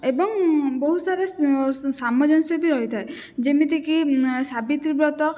ଏବଂ ବହୁତ ସାରା ସାମଞ୍ଜସ୍ୟ ବି ରହିଥାଏ ଯେମିତିକି ସାବିତ୍ରୀ ବ୍ରତ